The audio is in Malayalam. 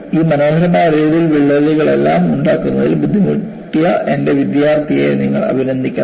ഈ മനോഹരമായ റേഡിയൽ വിള്ളലുകളെല്ലാം ഉണ്ടാക്കുന്നതിൽ ബുദ്ധിമുട്ടിയ എന്റെ വിദ്യാർത്ഥിയെ നിങ്ങൾ അഭിനന്ദിക്കണം